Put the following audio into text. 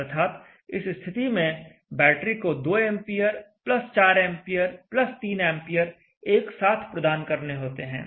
अर्थात इस स्थिति में बैटरी को 2 एंपियर 4 एंपियर 3 एंपियर एक साथ प्रदान करने होते हैं